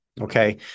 Okay